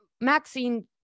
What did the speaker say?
Maxine